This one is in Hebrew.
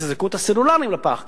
תזרקו את הסלולריים לפח,